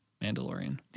Mandalorian